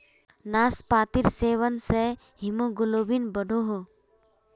नास्पातिर सेवन से हीमोग्लोबिन बढ़ोह